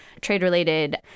trade-related